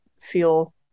feel